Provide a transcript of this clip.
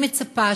אני מצפה